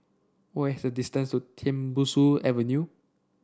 what is the distance to Tembusu Avenue